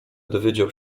dowiedział